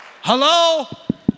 Hello